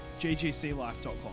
ggclife.com